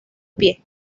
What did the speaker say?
pie